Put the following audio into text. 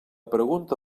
pregunta